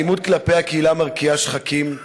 האלימות כלפי הקהילה מרקיעה שחקים,